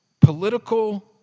political